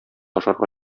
ашарга